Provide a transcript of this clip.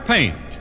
Paint